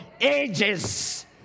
ages